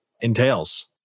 entails